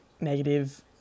negative